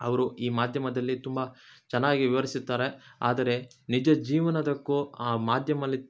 ಅವರು ಈ ಮಾಧ್ಯಮದಲ್ಲಿ ತುಂಬ ಚೆನ್ನಾಗಿ ವಿವರಿಸಿರ್ತಾರೆ ಆದರೆ ನಿಜ ಜೀವನಕ್ಕೂ ಆ ಮಾಧ್ಯಮದಲ್ಲಿ